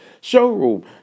showroom